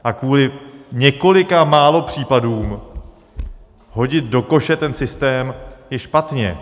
A kvůli několika málo případům hodit do koše ten systém je špatně.